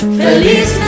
feliz